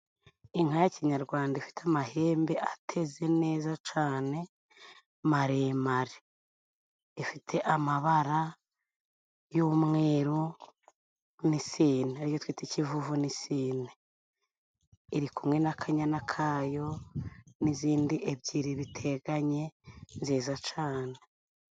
Inka ya kinyarwanda ifite amahembe ateze neza cane maremare. Ifite amabara y'umweru n'isine, ari yo itwita ikivuvu n'isine. Iri kumwe n'akanyana kayo n'izindi ebyiri biteganye, nziza cane.